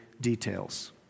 details